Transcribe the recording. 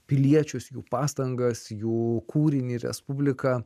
piliečius jų pastangas jų kūrinį respubliką